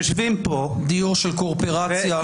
דיור של קואופרציה.